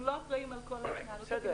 אנחנו לא אחראים על כל ההתנהלות הפיננסית.